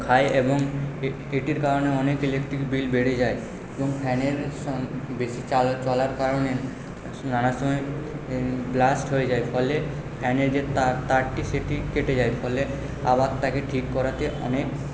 খায় এবং এটির কারণে অনেক ইলেকট্রিক বিল বেড়ে যায় এবং ফ্যানের বেশি চলার কারণে নানা সময় ব্লাস্ট হয়ে যায় ফলে ফ্যানের যে তার তারটি সেটি কেটে যায় ফলে আবার তাকে ঠিক করাতে অনেক